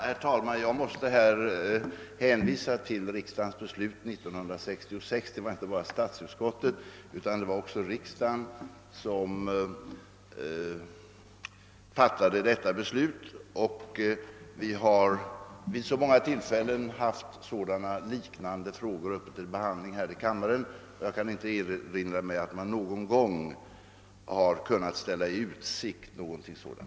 Herr talman! Jag måste i detta sammanhang åter hänvisa till beslutet år 1966, och det var ju inte statsutskottet utan riksdagens kamrar som fattade detta beslut. Vi har också vid många tillfällen haft liknande frågor uppe till behandling här i kammaren, men jag kan inte erinra mig att man någon gång har kunnat ställa någon omprövning i utsikt.